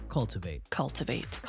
Cultivate